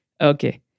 Okay